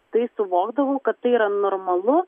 tai suvokdavau kad tai yra normalu